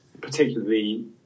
particularly